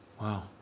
Wow